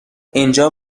اینجا